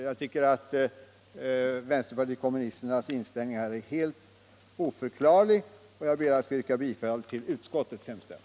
Jag tycker att vänsterpartiet kommunisternas inställning i denna fråga är helt oförklarlig, och jag ber att få yrka bifall till utskottets hemställan.